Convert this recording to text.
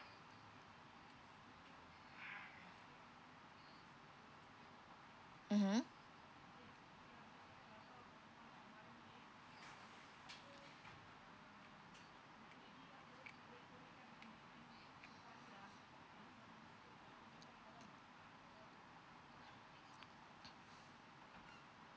mmhmm